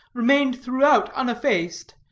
remained throughout uneffaced,